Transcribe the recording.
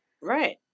right